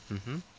mmhmm